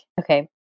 Okay